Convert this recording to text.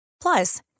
Plus